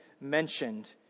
mentioned